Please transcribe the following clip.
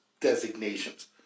designations